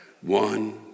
one